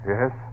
Yes